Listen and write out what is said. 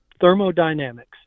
thermodynamics